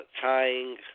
tying